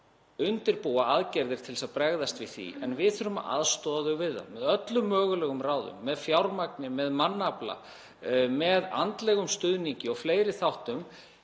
undirbúa aðgerðir til að bregðast við því. En við þurfum að aðstoða þau við það með öllum mögulegum ráðum; með fjármagni, með mannafla, með andlegum stuðningi og fleiri þáttum